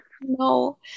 no